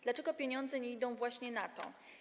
Dlaczego pieniądze nie idą właśnie na to?